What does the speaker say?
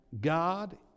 God